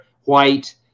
white